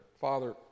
father